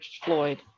Floyd